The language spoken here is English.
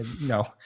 No